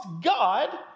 God